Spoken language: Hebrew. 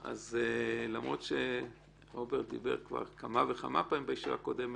אז למרות שרוברט דיבר כבר כמה וכמה פעמים בישיבה הקודמת,